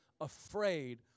afraid